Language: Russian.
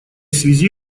связи